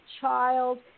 child